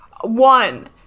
one